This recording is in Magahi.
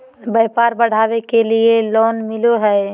व्यापार बढ़ावे के लिए लोन मिलो है?